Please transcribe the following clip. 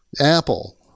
Apple